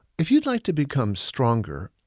if you'd like to become stronger,